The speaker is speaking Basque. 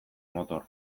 motor